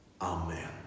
Amen